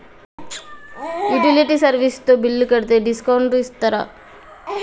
Utility service తో bill కడితే discount ఇస్తరా?